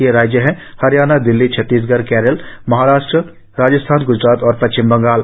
ये राज्य हैं हरियाणा दिल्ली छत्तीसगढ़ केरल महाराष्ट्र राजस्थान ग्जरात और पश्चिम बंगाल